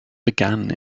began